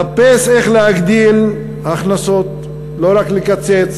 חפש איך להגדיל הכנסות, לא רק לקצץ.